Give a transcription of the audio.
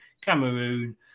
Cameroon